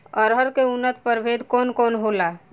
अरहर के उन्नत प्रभेद कौन कौनहोला?